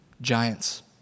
giants